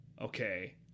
okay